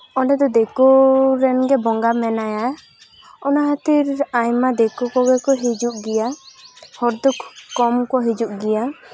ᱚᱸᱰᱮ ᱫᱚ ᱫᱤᱠᱩ ᱨᱮᱱᱜᱮ ᱵᱚᱸᱜᱟ ᱢᱮᱱᱟᱭᱟ ᱚᱱᱟ ᱠᱷᱟᱹᱛᱤᱨ ᱟᱭᱢᱟ ᱫᱤᱠᱩ ᱠᱚᱜᱮ ᱠᱚ ᱦᱤᱡᱩᱜ ᱜᱮᱭᱟ ᱦᱚᱲ ᱫᱚ ᱠᱚᱢ ᱠᱚ ᱦᱤᱡᱩᱜ ᱜᱮᱭᱟ